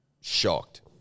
Shocked